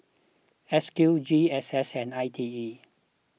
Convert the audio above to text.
S Q G S S and I T E